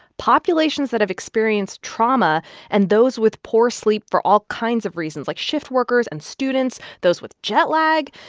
populations that have experienced trauma and those with poor sleep for all kinds of reasons like shift workers and students, those with jetlag.